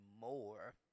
more